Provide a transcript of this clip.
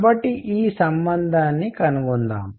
కాబట్టి ఈ సంబంధాన్ని కనుగొందాం